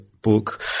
book